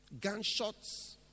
Gunshots